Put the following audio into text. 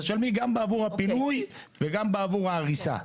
בעבור הפינוי וגם בעבור ההריסה'.